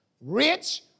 rich